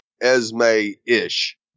Esme-ish